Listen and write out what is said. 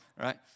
Right